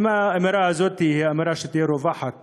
אם האמירה הזאת אמירה שתהיה רווחת